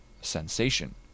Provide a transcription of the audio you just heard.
sensation